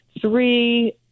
three